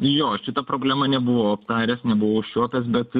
jo šitą problemą nebuvau aptaręs nebuvau apčiuopęs bet